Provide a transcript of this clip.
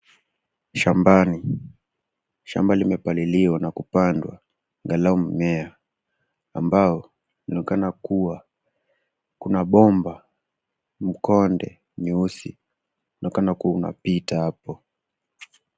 Shambani, shamba limepaliliwa na kupandwa angalau mimea, ambao inaonekana kuwa kuna bomba mkonde mweusi, unaonekana kuwa unapita hapo.